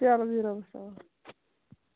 چلو بِہِو رۄبَس حوال